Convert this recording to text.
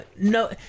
No